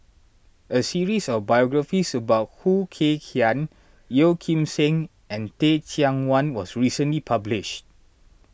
a series of biographies about Khoo Kay Hian Yeo Kim Seng and Teh Cheang Wan was recently published